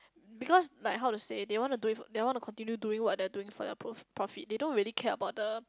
because like how to say they want to do it they want to continue doing what their doing for their prof~ profit they don't really care about the